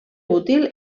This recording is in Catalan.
útil